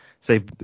say